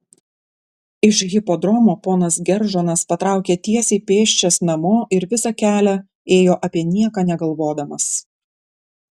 iš hipodromo ponas geržonas patraukė tiesiai pėsčias namo ir visą kelią ėjo apie nieką negalvodamas